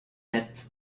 hat